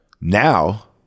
now